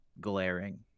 glaring